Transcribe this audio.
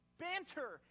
banter